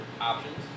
options